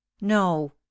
No